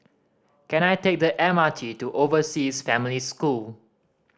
can I take the M R T to Overseas Family School